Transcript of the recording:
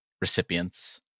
recipients